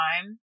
time